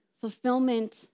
fulfillment